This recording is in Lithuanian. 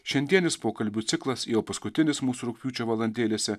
šiandienis pokalbių ciklas jau paskutinis mūsų rugpjūčio valandėlėse